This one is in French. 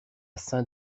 saint